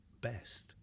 best